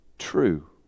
true